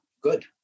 good